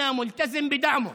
ואני מתחייב לתמוך בו.